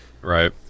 Right